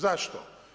Zašto?